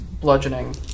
bludgeoning